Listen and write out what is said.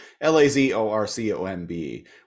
L-A-Z-O-R-C-O-M-B